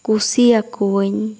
ᱠᱩᱥᱤᱣᱟᱠᱚᱣᱟᱹᱧ